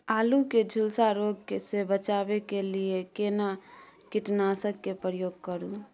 आलू के झुलसा रोग से बचाबै के लिए केना कीटनासक के प्रयोग करू